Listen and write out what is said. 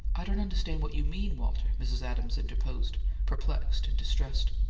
i don't understand what you mean, walter, mrs. adams interposed, perplexed and distressed.